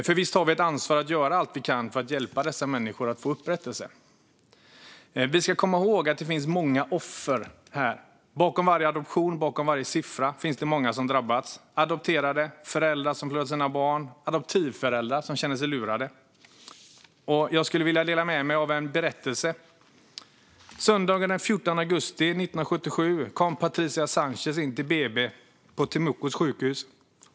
Nog har vi ett ansvar att göra allt vi kan för att hjälpa dessa människor att få upprättelse. Låt oss komma ihåg att det finns många offer i detta. Bakom varje adoption och siffra finns många drabbade: adopterade, föräldrar som förlorat sina barn och adoptivföräldrar som känner sig lurade. Jag ska dela med mig av en berättelse. Söndagen den 14 augusti 1977 kom Patricia Sanchez in till BB på Temuco sjukhus.